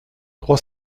trois